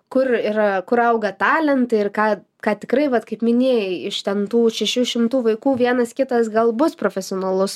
kur yra kur auga talentai ir ką ką tikrai vat kaip minėjai iš ten tų šešių šimtų vaikų vienas kitas gal bus profesionalus